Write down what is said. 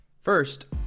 First